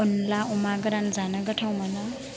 अनला अमा गोरान जानो गोथाव मोनो